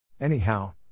Anyhow